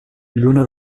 lluna